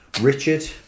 Richard